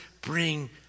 bring